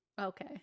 okay